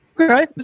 okay